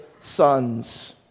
sons